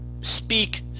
speak